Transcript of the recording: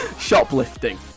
shoplifting